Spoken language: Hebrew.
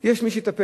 יש מי שיטפל.